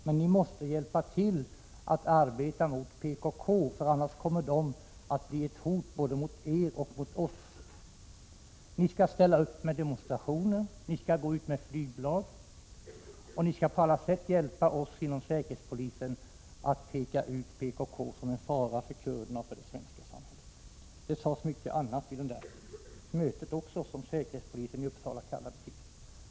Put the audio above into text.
Men ni måste hjälpa oss att arbeta mot PKK, för annars kommer organisationen att bli ett hot mot både er och oss. Ni skall ställa upp med demonstrationer, gå ut med flygblad och på alla sätt hjälpa oss inom säkerhetspolisen att peka ut PKK som en fara för kurderna och för det svenska samhället. Det sades mycket annat också vid det där mötet i Uppsala.